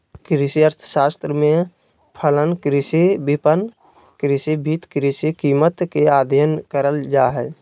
कृषि अर्थशास्त्र में फलन, कृषि विपणन, कृषि वित्त, कृषि कीमत के अधययन करल जा हइ